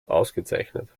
ausgezeichnet